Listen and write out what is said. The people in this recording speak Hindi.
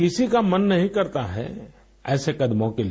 किसी का मन नहीं करता है ऐसे कदमों के लिए